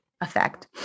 effect